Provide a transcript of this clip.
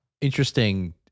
interesting